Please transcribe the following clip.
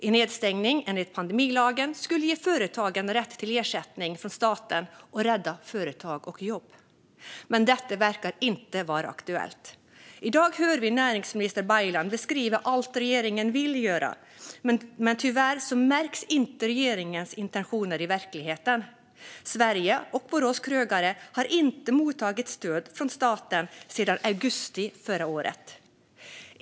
En nedstängning skulle enligt pandemilagen ge företagen rätt till ersättning från staten och rädda företag och jobb. Men detta verkar inte vara aktuellt. I dag hör vi näringsminister Baylan beskriva allt regeringen vill göra, men tyvärr märks inte regeringens intentioner i verkligheten. Sveriges och Borås krögare har inte mottagit stöd från staten sedan augusti förra året.